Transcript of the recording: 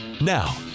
Now